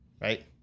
right